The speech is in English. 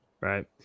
right